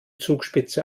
zugspitze